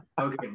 Okay